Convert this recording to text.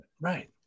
Right